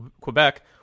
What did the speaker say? Quebec